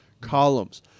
Columns